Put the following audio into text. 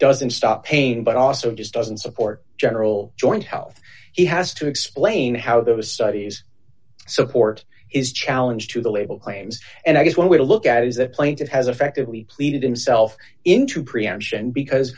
doesn't stop pain but also does doesn't support general joint health he has to explain how those studies support is challenge to the label claims and i guess one way to look at it is that plaintiff has effectively pleaded himself into preemption because